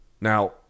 Now